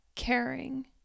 Caring